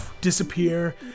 disappear